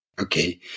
okay